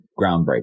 groundbreaking